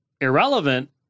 irrelevant